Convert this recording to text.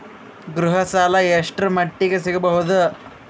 ಗೃಹ ಸಾಲ ಎಷ್ಟರ ಮಟ್ಟಿಗ ಸಿಗಬಹುದು?